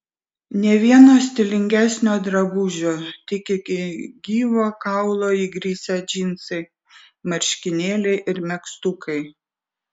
nė vieno stilingesnio drabužio tik iki gyvo kaulo įgrisę džinsai marškinėliai ir megztukai